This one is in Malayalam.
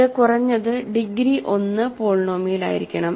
ഇത് കുറഞ്ഞത് ഡിഗ്രി 1 പോളിനോമിയലായിരിക്കണം